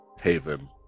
haven